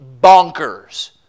bonkers